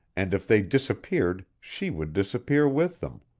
and if they disappeared she would disappear with them.